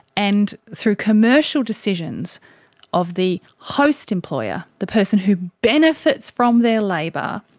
and through commercial decisions of the host employer, the person who benefits from their labour,